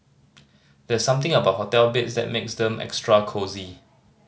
there's something about hotel beds that makes them extra cosy